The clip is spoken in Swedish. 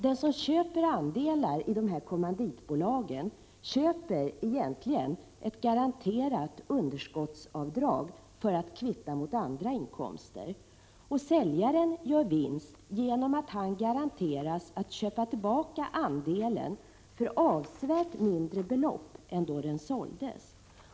Den som köper andelar i kommanditbolagen köper egentligen ett garanterat underskottsavdrag för kvittning mot andra inkomster. Säljaren gör en vinst genom att han garanteras att få köpa tillbaka andelen för ett avsevärt mindre belopp än det som den har sålts för.